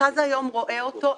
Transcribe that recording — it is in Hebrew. מרכז היום רואה אותו,